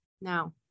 now